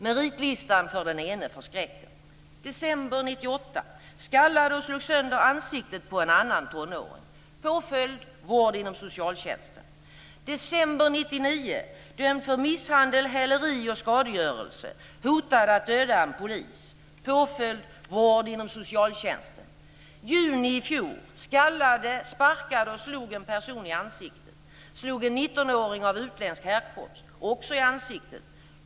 Meritlistan för den ene förskräcker: Juni i fjol: Skallade, sparkade och slog en person i ansiktet. Slog en 19-åring av utländsk härkomst, också i ansiktet.